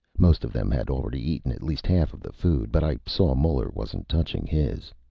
most of them had already eaten at least half of the food, but i saw muller wasn't touching his.